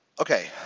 Okay